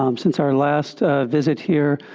um since our last visit here,